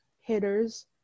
hitters